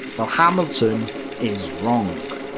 well, hamilton is wrong.